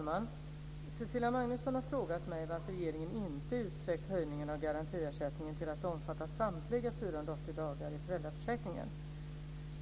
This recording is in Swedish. Herr talman! Cecilia Magnusson har frågat mig varför regeringen inte utsträckt höjningen av garantiersättningen till att omfatta samtliga 480 dagar i föräldraförsäkringen.